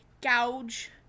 gouge